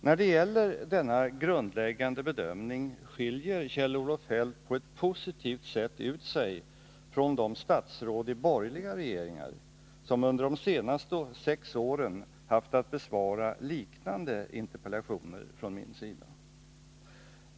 När det gäller denna grundläggande bedömning skiljer Kjell-Olof Feldt på ett positivt sätt ut sig från de statsråd i borgerliga regeringar som under de senaste sex åren haft att besvara liknande interpellationer från min sida.